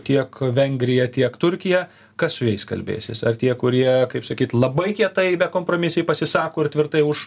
tiek vengrija tiek turkija kas su jais kalbėsis ar tie kurie kaip sakyt labai kietai bekompromisiai pasisako ir tvirtai už